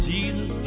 Jesus